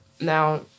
now